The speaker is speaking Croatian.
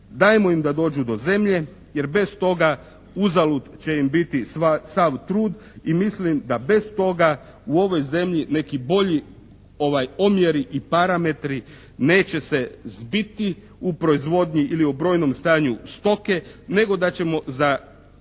dajmo im da dođu do zemlje. Jer bez toga uzalud će im biti sav trud i mislim da bez toga u ovoj zemlji neki bolji omjeri i parametri neće se zbiti u proizvodnji ili u brojnom stanju stoke nego da ćemo za